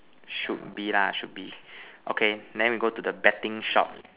should be lah should be okay then we go to the betting shop